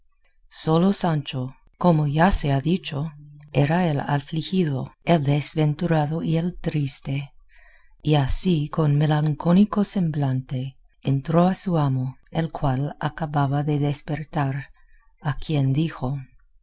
sólo sancho como ya se ha dicho era el afligido el desventurado y el triste y así con malencónico semblante entró a su amo el cual acababa de despertar a quien dijo